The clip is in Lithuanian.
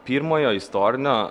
pirmojo istorinio